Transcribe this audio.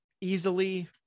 easily